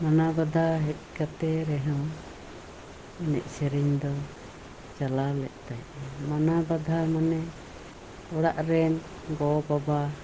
ᱢᱟᱱᱟᱵᱟᱫᱷᱟ ᱦᱮᱡ ᱠᱟᱱ ᱨᱮᱦᱚᱸ ᱮᱱᱮᱡ ᱥᱮᱨᱮᱧ ᱫᱚ ᱪᱟᱞᱟᱣ ᱠᱟᱜ ᱛᱟᱦᱮᱱᱟ ᱢᱟᱱᱟ ᱵᱟᱫᱷᱟ ᱢᱟᱱᱮ ᱚᱲᱟᱜ ᱨᱮᱱ ᱜᱚ ᱵᱟᱵᱟ